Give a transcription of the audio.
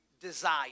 Desire